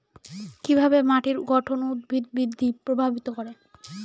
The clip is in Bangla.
কিভাবে মাটির গঠন উদ্ভিদ বৃদ্ধি প্রভাবিত করে?